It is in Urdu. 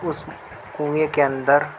اس کنویں کے اندر